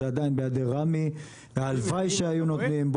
זה עדיין בידי רמ"י והלוואי שהיו נותנים.